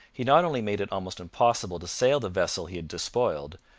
he not only made it almost impossible to sail the vessel he had despoiled,